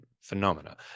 Phenomena